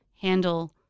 handle